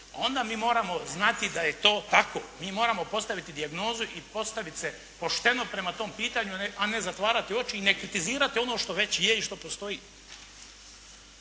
onda mi moramo znati da je to tako. Mi moramo postaviti dijagnozu i postavit se pošteno prema tom pitanju a ne zatvarati oči i ne kritizirati ono što već je i što postoji.